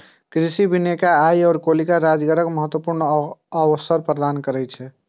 कृषि वानिकी आइ काल्हि रोजगारक महत्वपूर्ण अवसर प्रदान करै छै